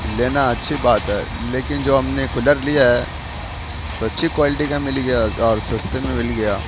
لینا اچھی بات ہے لیکن جو ہم نے کولر لیا ہے تو اچھی کوالٹی کا مل گیا اور سستے میں مل گیا